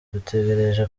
dutegereje